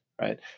right